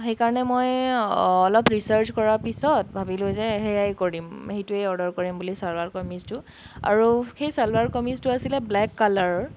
সেইকাৰণে মই অলপ ৰিচাৰ্চ কৰাৰ পিছত ভাবিলোঁ যে সেয়াই কৰিম সেইটোৱেই অৰ্ডাৰ কৰিম বুলি চালৱাৰ কামিজটো আৰু সেই চালৱাৰ কামিজটো আছিলে ব্লেক কালাৰৰ